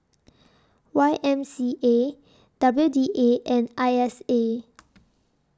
Y M C A W D A and I S A